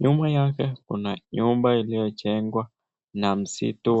nyuma yake kuna nyumba iliyojengwa na msitu.